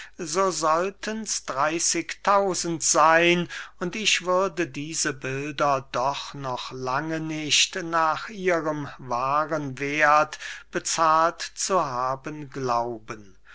dreyßig tausend seyn und ich würde diese bilder doch noch lange nicht nach ihrem wahren werth bezahlt zu haben glauben